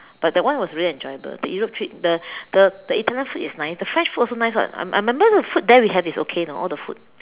but that one was really enjoyable the Europe trip the the Italian food is nice the French food is also nice [what] I remember the food there we have there is okay you know all the food